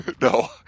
No